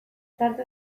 txarto